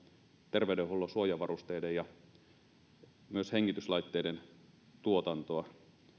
terveydenhuollon suojavarusteiden ja myös hengityslaitteiden tuotantoa